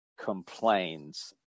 complains